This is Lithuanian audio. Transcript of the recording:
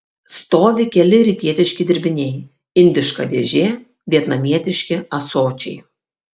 stovi keli rytietiški dirbiniai indiška dėžė vietnamietiški ąsočiai